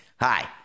Hi